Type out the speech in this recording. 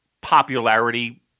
popularity